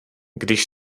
když